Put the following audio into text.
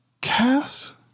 Cass